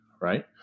right